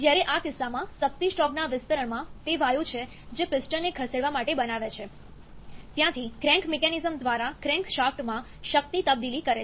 જ્યારે આ કિસ્સામાં શક્તિ સ્ટ્રોકના વિસ્તરણમાં તે વાયુ છે જે પિસ્ટનને ખસેડવા માટે બનાવે છે ત્યાંથી ક્રેન્ક મિકેનિઝમ દ્વારા ક્રેન્કશાફ્ટમાં શક્તિ તબદીલી કરે છે